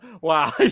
Wow